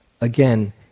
again